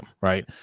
right